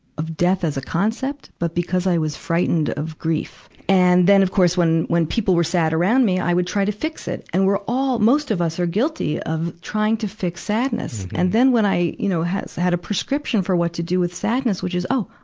of death as a concept, but because i was frightened of grief. and then, of course, when, when people were sad around me, i would try to fix is. and we're all, most of us are guilty of trying to fix sadness. and then when i, you know, had, had a prescription for what to do with sadness which is, oh!